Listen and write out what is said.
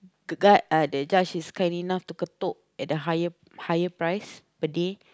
the guard uh the judge is kind enough to ketuk at the higher higher price per day